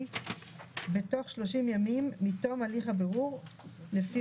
בתוך 30 ימים מתום הליך הבירור לפי